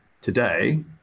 today